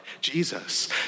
Jesus